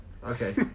Okay